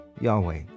Yahweh